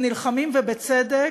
הם נלחמים, ובצדק,